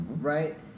right